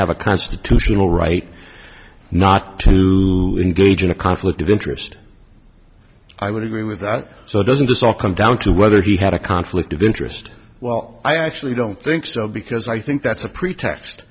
have a constitutional right not to engage in a conflict of interest i would agree with that so doesn't this all come down to whether he had a conflict of interest well i actually don't think so because i think that's a pretext